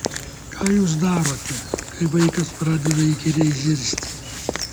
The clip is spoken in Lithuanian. ką jūs darote kai vaikas pradeda įkyriai zirzti